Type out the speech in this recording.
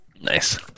Nice